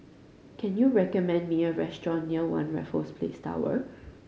can you recommend me a restaurant near One Raffles Place Tower